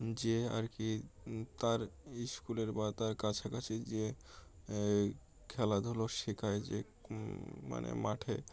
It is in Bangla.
যে আর কি তার স্কুলের বা তার কাছাকাছি যে খেলাধুলো শেখায় যে মানে মাঠে